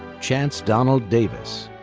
chance donald davis,